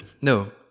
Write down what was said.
no